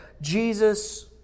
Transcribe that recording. Jesus